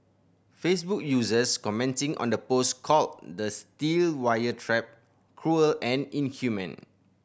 Facebook users commenting on the post called the steel wire trap cruel and inhumane